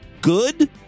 Good